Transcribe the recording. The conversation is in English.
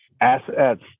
assets